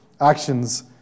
actions